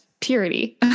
purity